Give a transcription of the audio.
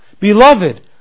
Beloved